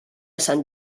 sant